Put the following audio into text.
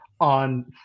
on